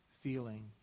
feeling